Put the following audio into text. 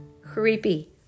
creepy